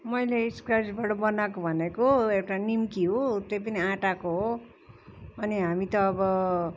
मैले स्क्रेचबाट बनाएको भनेको एउटा निम्की हो त्यो पनि आँटाको हो अनि हामी त अब